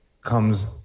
comes